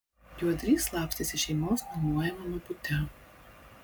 juodrys slapstėsi šeimos nuomojamame bute